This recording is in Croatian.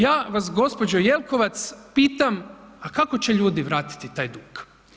Ja vas gospođo Jelkovac pitam, a kako će ljudi vratiti taj dug.